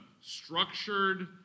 structured